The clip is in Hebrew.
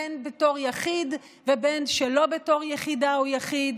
בין שבתור יחיד ובין שלא בתור יחידה או יחיד,